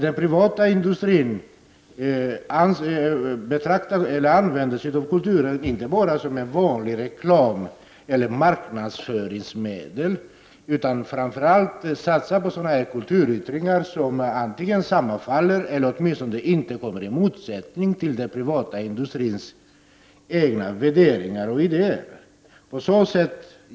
Den privata industrin använder kulturen inte bara som vanlig reklam eller som marknadsföringsmedel, utan man satsar framför allt på sådana kulturyttringar som antingen sammanfaller med eller inte står i motsättning mot den privata industrins egna värderingar och idéer.